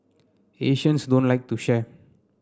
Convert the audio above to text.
Asians don't like to share